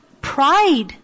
pride